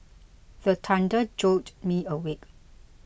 the thunder jolt me awake